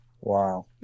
Wow